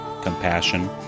compassion